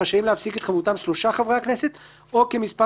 רשאים להפסיק את חברותם שלושה חברי הכנסת או כמספר